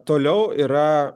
toliau yra